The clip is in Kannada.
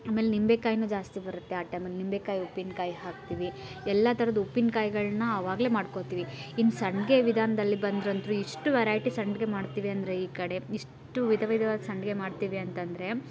ಆಮೇಲೆ ನಿಂಬೇಕಾಯನ್ನು ಜಾಸ್ತಿ ಬರುತ್ತೆ ಆ ಟೈಮಲ್ಲಿ ನಿಂಬೇಕಾಯಿ ಉಪ್ಪಿನ್ಕಾಯಿ ಹಾಕ್ತೀವಿ ಎಲ್ಲ ಥರದ್ ಉಪ್ಪಿನಕಾಯಿಗಳ್ನ ಅವಾಗಲೇ ಮಾಡ್ಕೋತೀವಿ ಇನ್ನು ಸಂಡಿಗೆ ವಿಧಾನ್ದಲ್ಲಿ ಬಂದ್ರಂತೂ ಎಷ್ಟು ವೆರೈಟಿ ಸಂಡಿಗೆ ಮಾಡ್ತೀವಿ ಅಂದರೆ ಈ ಕಡೆ ಎಷ್ಟು ವಿಧ ವಿಧವಾದ ಸಂಡಿಗೆ ಮಾಡ್ತೀವಿ ಅಂತಂದರೆ